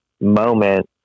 moment